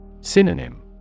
Synonym